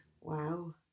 Wow